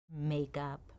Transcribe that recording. Makeup